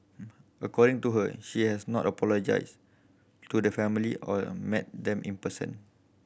according to her he has not apologised to the family or met them in person